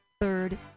third